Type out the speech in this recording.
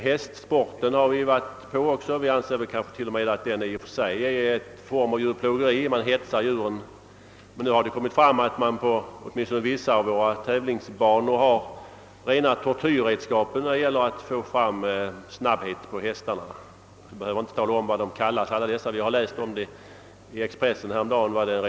Hästsporten har vi också nämnt. Vi anser att den sannolikt i och för sig är en form av djurplågeri. Man hetsar djuren, och nu har det kommit fram att man åtminstone på vissa tävlingsbanor använder rena tortyrredskap för att öka hästarnas snabbhet. Jag behöver inte tala om vad de kallas — vi har läst en redogörelse för detta i Expressen häromdagen.